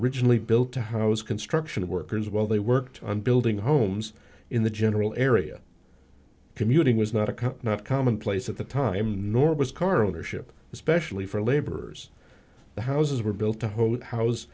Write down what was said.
originally built to house construction workers while they worked on building homes in the general area commuting was not a cut not common place at the time nor was car ownership especially for laborers the houses were built to hold house